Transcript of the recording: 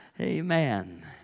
Amen